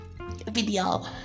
video